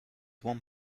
one